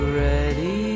ready